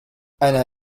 أنا